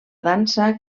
dansa